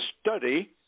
Study